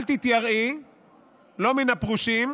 אל תתייראי לא מן הפרושים